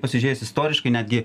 pasižiūrėjus istoriškai netgi